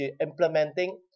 implementing